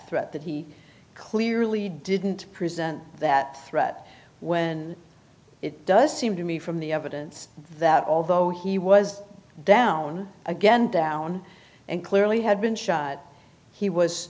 threat that he clearly didn't present that threat when it does seem to me from the evidence that although he was down again down and clearly had been shot he was